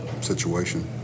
situation